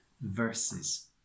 verses